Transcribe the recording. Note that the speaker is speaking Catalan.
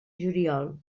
juliol